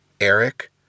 Eric